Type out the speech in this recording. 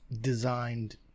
designed